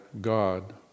God